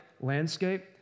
landscape